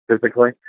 physically